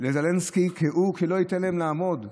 לזלנסקי שלא ייתן להם לעבור,